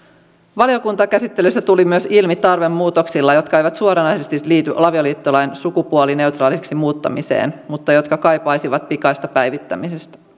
valiokuntakäsittelyssä tuli ilmi myös tarve muutoksille jotka eivät suoranaisesti liity avioliittolain sukupuolineutraaliksi muuttamiseen mutta jotka kaipaisivat pikaista päivittämistä